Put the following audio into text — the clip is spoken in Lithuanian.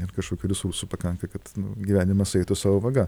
ir kažkokių resursų pakanka kad gyvenimas eitų savo vaga